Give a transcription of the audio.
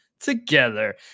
Together